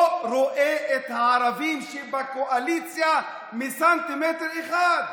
הוא לא רואה את הערבים שבקואליציה מסנטימטר אחד.